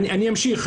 אני אמשיך,